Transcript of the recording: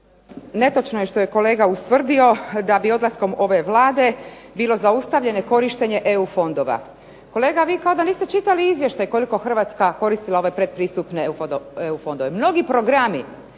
Netočno je što je kolega ustvrdio da bio odlaskom ove Vlade bilo zaustavljene korištenje EU fondova. Kolega vi kao da niste čitali izvještaj koliko Hrvatska koristila ove pretpristupne EU fondove. Mnogi programi